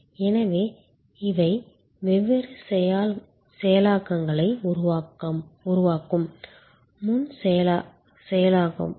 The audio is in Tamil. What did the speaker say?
எனவே இவை வெவ்வேறு செயலாக்கங்களை உருவாக்கும் முன் செயலாக்கமாகும்